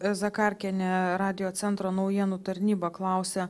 zakarkienė radiocentro naujienų tarnyba klausia